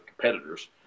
competitors